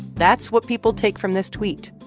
that's what people take from this tweet.